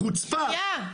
חוצפה.